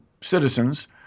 citizens